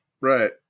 right